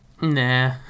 Nah